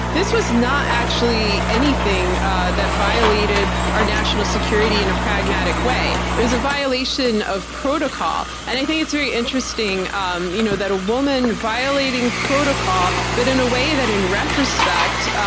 this was not actually anything that violated our national security in a pragmatic way. it was a violation of protocol, and i think it's very interesting um you know that a woman violating protocol, but in a way that, in retrospect,